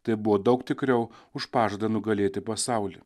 tai buvo daug tikriau už pažadą nugalėti pasaulį